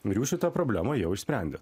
ir jūs šitą problemą jau išsprendė